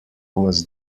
was